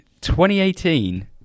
2018